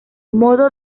modo